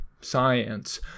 science